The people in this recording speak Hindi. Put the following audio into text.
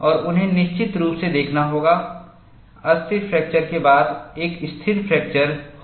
और उन्हें निश्चित रूप से देखना होगा अस्थिर फ्रैक्चर के बाद एक स्थिर फ्रैक्चर होगा